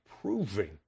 proving